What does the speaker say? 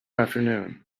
afternoon